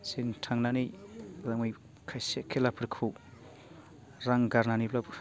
थांनानै खायसे खेलाफोरखौ रां गारनानैब्लाबो